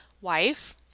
wife